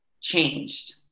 changed